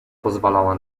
pozwalała